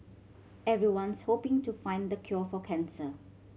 everyone's hoping to find the cure for cancer